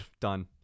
done